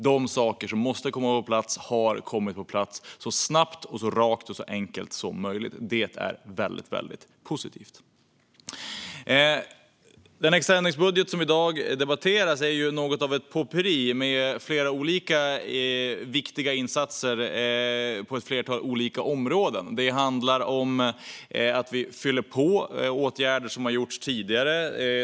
De saker som måste komma på plats har kommit på plats så snabbt, rakt och enkelt som möjligt. Det är väldigt positivt. Den extra ändringsbudget som i dag debatteras är något av ett potpurri med flera olika viktiga insatser på ett flertal olika områden. Det handlar om att vi fyller på åtgärder som har vidtagits tidigare.